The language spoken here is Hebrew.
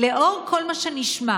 לנוכח כל מה שנשמע